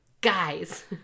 guys